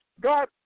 God